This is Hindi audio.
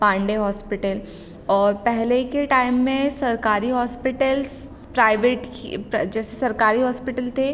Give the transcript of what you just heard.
पांडे हॉस्पिटल और पहले के टाइम में सरकारी हॉस्पिटल्ज़ प्राइवेट की प जैसे सरकारी हॉस्पिटल थे